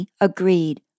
agreed